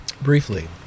briefly